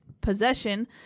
possession